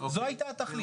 זו הייתה התכלית.